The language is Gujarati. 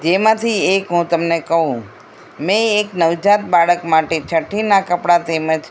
જેમાંથી એક હું તમને કહું મેં એક નવજાત બાળક માટે છઠ્ઠીના કપડા તેમજ